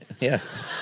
Yes